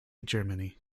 germany